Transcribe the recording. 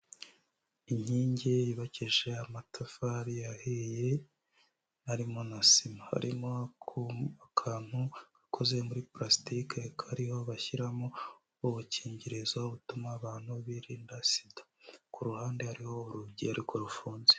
Inkingi yubakisha amatafari ahiye harimo na sima harimo ku kantu gakoze muri pulasitike kariho bashyiramo udukingirizo butuma abantu birinda sida, ku ruhande hariho urujyi ariko rufunze.